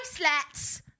bracelets